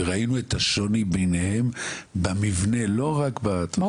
וראינו את השוני ביניהן - לא רק ב- --,